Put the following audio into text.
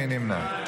מי נמנע?